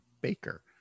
baker